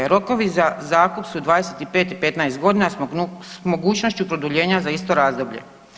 Rokovi za zakup su 25 i 15 godina s mogućnošću produljenja za isto razdoblje.